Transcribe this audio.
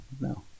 No